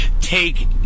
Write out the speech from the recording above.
take –